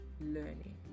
learning